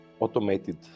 automated